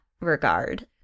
regard